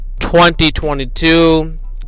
2022